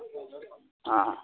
हँ